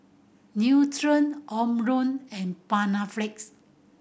Nutren Omron and Panaflex